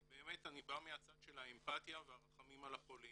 כי באמת אני בא מצד של האמפתיה והרחמים על החולים.